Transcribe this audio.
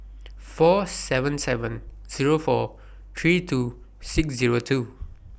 four seven seven four three two six two